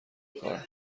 کارم